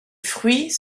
fruits